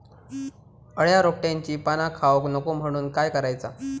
अळ्या रोपट्यांची पाना खाऊक नको म्हणून काय करायचा?